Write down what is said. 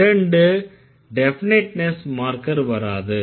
இரண்டு definiteness marker வராது